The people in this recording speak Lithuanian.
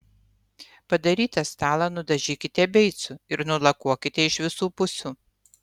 padarytą stalą nudažykite beicu ir nulakuokite iš visų pusių